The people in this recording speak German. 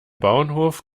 bauernhof